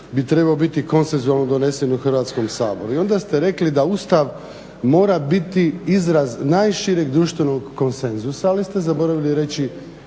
bi trebao biti konsenzualno donesen u Hrvatskom saboru. I onda ste rekli da Ustav mora biti izraz najšireg društvenog konsenzusa, ali niste zaboravili reći